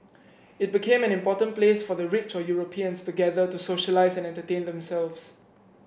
it became an important place for the rich or Europeans to gather to socialise and entertain themselves